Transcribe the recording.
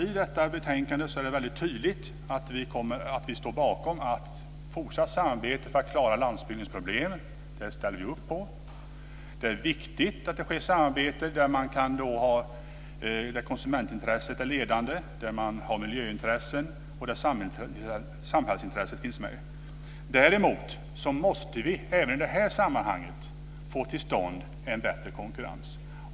I betänkandet är det tydligt att vi står bakom ett fortsatt samarbete för att klara landsbygdens problem. Det är viktigt att det sker ett samarbete där konsumentintresset är ledande, med miljöintressen och ett samhällsintresse. Däremot måste vi även i det här sammanhanget få till stånd en bättre konkurrens.